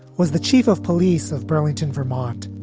was the chief of police of burlington, vermont.